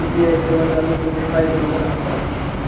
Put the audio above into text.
UPI सेवा चालू करूक काय करूचा लागता?